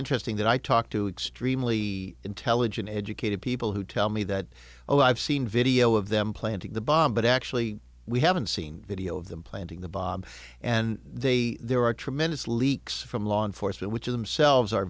interesting that i talk to extremely intelligent educated people who tell me that oh i've seen video of them planting the bomb but actually we haven't seen video of them planting the bomb and they there are tremendous leaks from law enforcement which themselves are